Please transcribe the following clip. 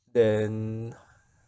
then